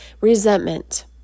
resentment